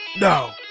No